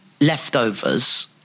leftovers